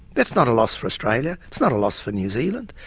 that's not a loss for australia. it's not a loss for new zealand.